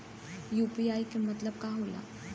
UPI के मतलब का होला?